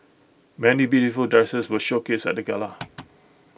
many beautiful dresses were showcased at the gala